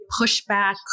pushback